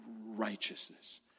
righteousness